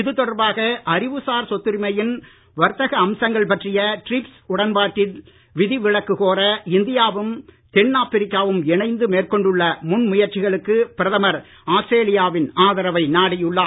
இதுதொடர்பாக அறிவுசார் சொத்துரிமையின் வர்த்தக அம்சங்கள் பற்றிய டிரிப்ஸ் உடன்பாட்டில் விதிவிலக்கு கோர இந்தியாவும் தென்ஆப்பிரிக்காவும் இணைந்து மேற்கொண்டுள்ள முன் முயற்சிகளுக்கு பிரதமர் ஆஸ்திரேலியாவின் ஆதரவை நாடியுள்ளார்